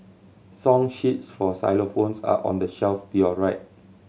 song sheets for xylophones are on the shelf to your right